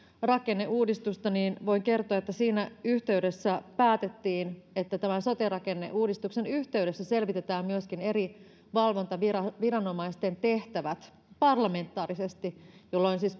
rakenneuudistusta niin voin kertoa että siinä yhteydessä päätettiin että tämän sote rakenneuudistuksen yhteydessä selvitetään myöskin eri valvontaviranomaisten tehtävät parlamentaarisesti jolloin siis